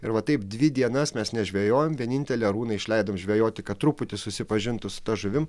ir va taip dvi dienas mes nežvejojam vienintelį arūną išleidom žvejoti kad truputį susipažintų su ta žuvim